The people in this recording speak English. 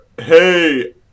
hey